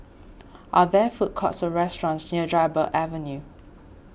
are there food courts or restaurants near Dryburgh Avenue